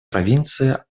провинции